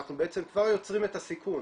אנחנו בעצם כבר יוצרים את הסיכון.